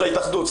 של ההתאחדות,